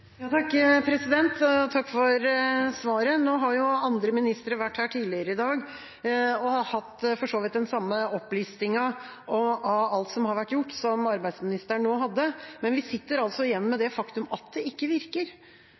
Takk for svaret. Andre ministere har vært her tidligere i dag og for så vidt hatt den samme opplistingen av alt som har vært gjort, som det arbeidsministeren nå hadde. Men vi sitter igjen med det faktum at det ikke virker.